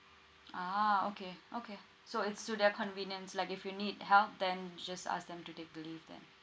ah okay okay so it's to their convenience like if you need help then you just ask them to take the leave then